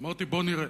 אמרתי: בואו נראה.